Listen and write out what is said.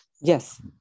Yes